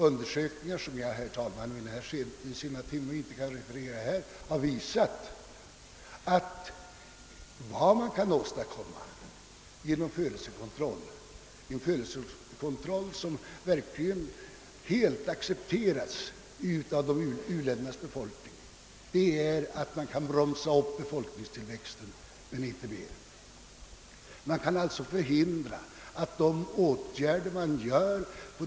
Undersökningar, som jag, herr talman, vid denna sena timme inte kan referera, har visat att vad man kan åstadkomma genom en födelsekontroll, som verkligen accepteras av u-ländernas befolkning, är en uppbromsning av befolkningstillväxten men inte mer.